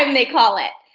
um they call it.